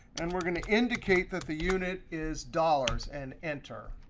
and we're going to indicate that the unit is dollars and enter.